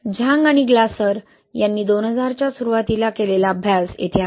झांग आणि ग्लासर यांनी 2000 च्या सुरुवातीला केलेला अभ्यास येथे आहे